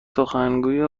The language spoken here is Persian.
سخنگوی